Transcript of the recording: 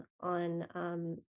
on